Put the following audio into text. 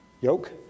yoke